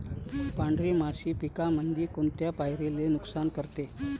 पांढरी माशी पिकामंदी कोनत्या पायरीले नुकसान करते?